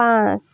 পাঁচ